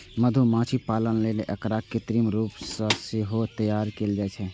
मधुमाछी पालन लेल एकरा कृत्रिम रूप सं सेहो तैयार कैल जाइ छै